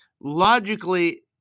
logically